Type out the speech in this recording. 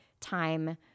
time